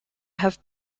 have